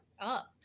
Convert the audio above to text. up